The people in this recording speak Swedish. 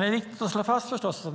Det är viktigt att slå fast att